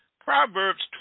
Proverbs